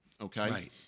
okay